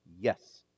Yes